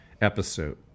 episode